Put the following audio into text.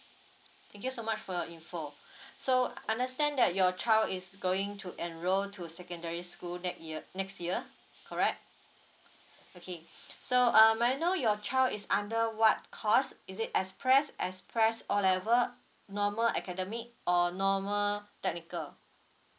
thank you so much for your info so I understand that your child is going to enroll to secondary school next year next year correct okay so um may I know your child is under what course is it express express O level normal academic or normal technical